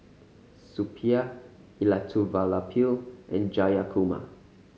Suppiah Elattuvalapil and Jayakumar